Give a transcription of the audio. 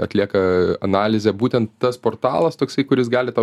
atlieka analizę būtent tas portalas toksai kuris gali tau